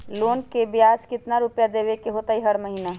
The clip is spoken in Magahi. लोन के ब्याज कितना रुपैया देबे के होतइ हर महिना?